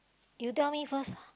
you tell me first